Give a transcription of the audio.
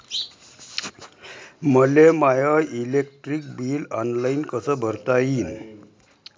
मले my electric bill online कस भरता येईन?